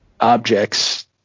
objects